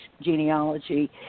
genealogy